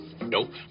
Nope